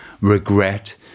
regret